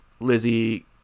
lizzie